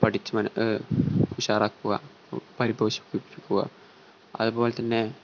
പഠിച്ച് മന ഉഷാറാക്കുക പരിപോഷിപ്പിക്കുക അതുപോലെ തന്നെ